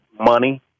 money